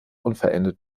unvollendet